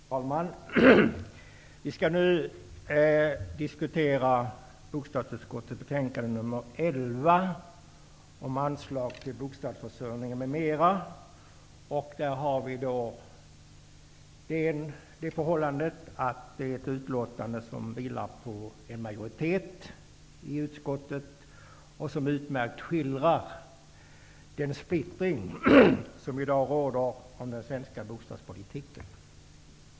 Herr talman! Vi skall nu diskutera bostadsutskottets betänkande nr 11, om anslag till bostadsförsörjningen m.m. Utskottets utlåtande vilar på en majoritet i utskottet, och det skildrar på ett utmärkt sätt den splittring som i dag råder i fråga om den svenska bostadspolitiken.